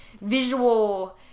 visual